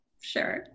sure